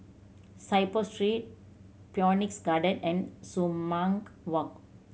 Saiboo Street Phoenix Garden and Sumang Walk